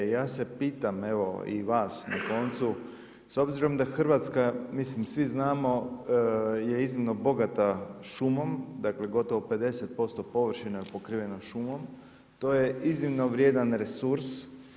Ja se pitam, evo i vas na koncu, s obzirom da Hrvatska, svi znamo je iznimno bogata šumom, dakle gotovo 50% površine je pokriveno šumom, to je iznimno vrijedan resurs.